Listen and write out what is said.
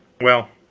well,